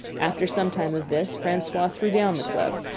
after some time of this, francois threw down the club,